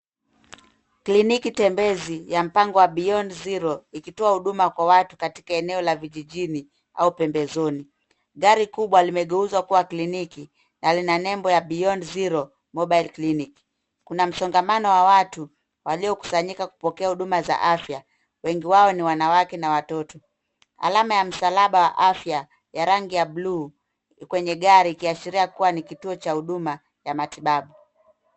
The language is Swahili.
Kliniki tembezi ya mpango wa Beyond Zero ikitoa huduma kwa watu katika eneo la vijijini au pembezoni. Gari kubwa limegeuzwa kuwa kliniki na lina nembo ya Beyond Zero Mobile Clinic. Kuna msongamano wa watu waliokusanyika kupokea huduma za afya wengi wao ni wanawake na watoto. Alama ya msalaba wa afya ya rangi ya bluu kwenye gari ikiashiria kuwa ni kituo cha huduma ya matibabu.